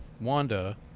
Wanda